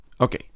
Okay